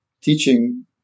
teaching